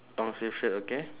long sleeve shirt okay